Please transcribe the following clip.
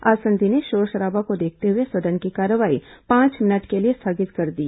आसंदी ने शोरशराबा को देखते हुए सदन की कार्यवाही पांच मिनट के लिए स्थगित कर दी